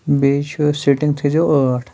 بیٚیہِ چھُ سٹِنٛگ تھٔےزیو ٲٹھ